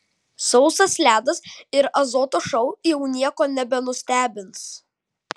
sausas ledas ir azoto šou jau nieko nebenustebins